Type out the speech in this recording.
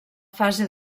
fase